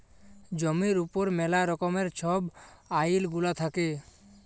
জমির উপর ম্যালা রকমের ছব আইল গুলা থ্যাকে